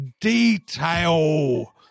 detail